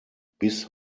bis